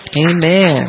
Amen